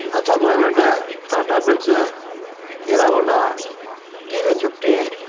Ashok Leyland Tata Benz Hero Honda TVS fifty